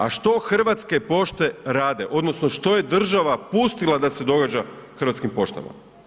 A što Hrvatske pošte rade odnosno što je država pustila da se događa Hrvatskim poštama?